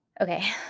Okay